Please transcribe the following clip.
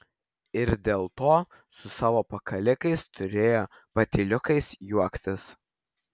ir dėl to su savo pakalikais turėjo patyliukais juoktis